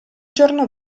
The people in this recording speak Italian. giorno